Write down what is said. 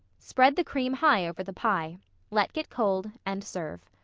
spread the cream high over the pie let get cold and serve.